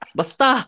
basta